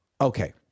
Okay